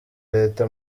leta